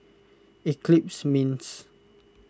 Eclipse Mints